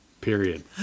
period